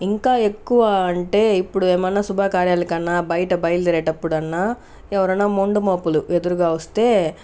ఇంకా ఎక్కువ అంటే ఇప్పుడు ఏమన్నా శుభకార్యాలకన్న బయట బయలుదేరేటప్పుడు అన్నా ఎవరైనా ముండమోపులు ఎదురుగా వస్తే